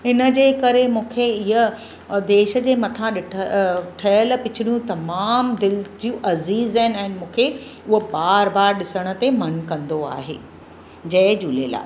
हिन जे करे मूंखे ईअं देश जे मथां ॾिठु ठहियल पिचरूं तमामु दिलि जूं अज़ीज़ आहिनि ऐं मूंखे उहो बार बार ॾिसण ते मनु कंदो आहे जय झूलेलाल